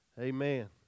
amen